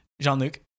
Jean-Luc